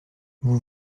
vous